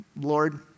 Lord